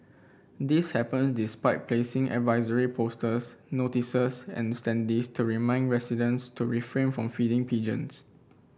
this happen despite placing advisory posters notices and standees to remind residents to refrain from feeding pigeons